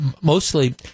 Mostly